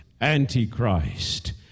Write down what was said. Antichrist